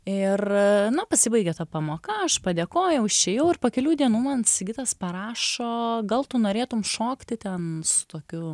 ir na pasibaigė ta pamoka aš padėkojau išėjau ir po kelių dienų man sigitas parašo gal tu norėtum šokti ten su tokiu